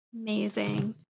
Amazing